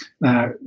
Now